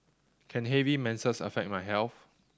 can heavy menses affect my health